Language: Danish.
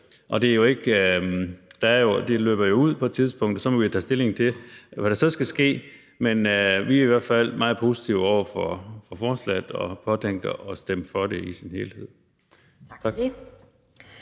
og det løber jo ud på et tidspunkt, og så må vi tage stilling til, hvad der så skal ske. Men vi er i hvert fald meget positive over for forslaget og påtænker at stemme for det i sin helhed. Tak.